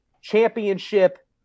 Championship